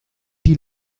die